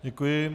Děkuji.